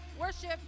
worship